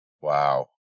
Wow